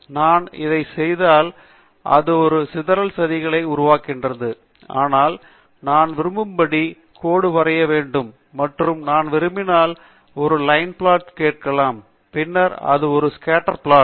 நான் இதை செய்தால் அது ஒரு சிதறல் சதிகளை உருவாக்குகிறது ஆனால் நான் விரும்பியபடி கோடு வரைய வேண்டும் மற்றும் நான் விரும்பியால் ஒரு லைன் புளொட் கேட்கலாம் பின்னர் இது ஒரு ஸ்கேன்டர் புளொட்